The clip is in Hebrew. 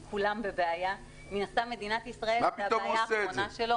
כולם בבעיה -- מה פתאום הוא עושה את זה?